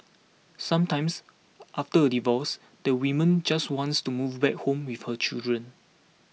sometimes after a divorce the woman just wants to move back home with her children